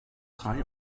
drei